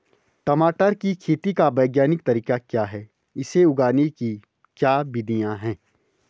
टमाटर की खेती का वैज्ञानिक तरीका क्या है इसे उगाने की क्या विधियाँ हैं?